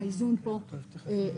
האיזון פה מופר.